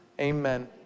amen